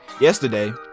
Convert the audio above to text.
yesterday